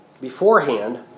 beforehand